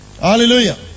Hallelujah